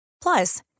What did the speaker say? Plus